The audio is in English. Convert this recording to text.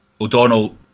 O'Donnell